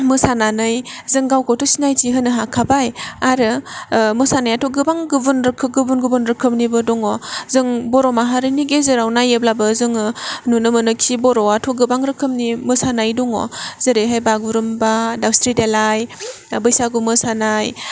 मोसानानै जों गावखौथ' सिनायथि होनो हाखाबाय आरो मोसानायाथ' गोबां गुबुन रोखो गुबुन गुबुन रोखोमनिबो दङ जों बर' माहारिनि गेजेराव नायोब्लाबो जोङो नुनो मोनोखि बर'आथ' गोबां रोखोमनि मोसानाय दङ जेरैहाय बागुरुम्बा दावस्रि देलाय बैसागु मोसानाय